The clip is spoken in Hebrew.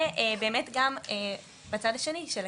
ובאמת גם בצד השני של הקהילה,